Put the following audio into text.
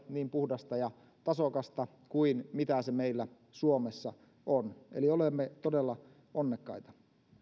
niin puhdasta ja tasokasta kuin mitä se meillä suomessa on eli olemme todella onnekkaita